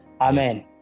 Amen